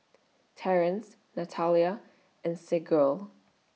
Terance Natalia and Sergio